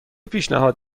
پیشنهاد